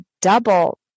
double